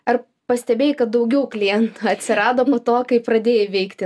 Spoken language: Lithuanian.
ar pastebėjai kad daugiau klientų atsirado po to kai pradėjai veikti